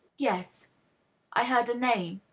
yes i heard a name.